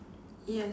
yes